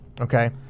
Okay